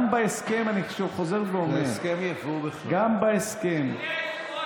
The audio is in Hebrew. גם בהסכם, אני חוזר ואומר, זה הסכם יבוא בכלל.